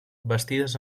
bastides